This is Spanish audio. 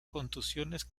contusiones